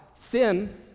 sin